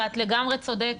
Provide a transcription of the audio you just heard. ואת לגמרי צודקת,